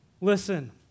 listen